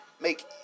make